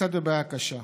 נמצאת בבעיה קשה.